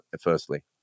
firstly